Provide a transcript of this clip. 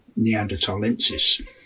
neanderthalensis